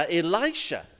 elisha